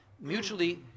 mutually